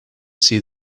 see